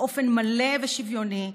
באופן מלא ושוויוני,